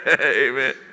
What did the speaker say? Amen